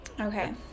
Okay